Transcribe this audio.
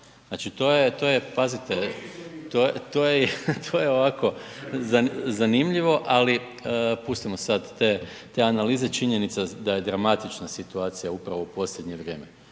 ne čuje./... … to je ovako zanimljivo ali pustimo sad te analize, činjenica da je dramatična situacija upravo u posljednje vrijeme.